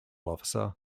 officer